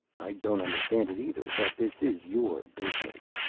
i don't understand it either. but, this is your business.